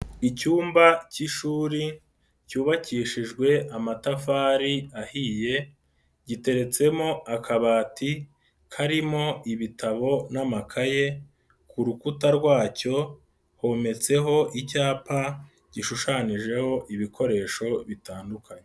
Icyumba k'ishuri cyubakishijwe amatafari ahiye, giteretsemo akabati karimo ibitabo n'amakaye, ku rukuta rwacyo, hometseho icyapa gishushanyijeho ibikoresho bitandukanye.